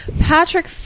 Patrick